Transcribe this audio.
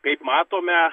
kaip matome